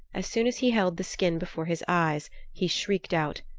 as soon as he held the skin before his eyes he shrieked out,